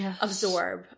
absorb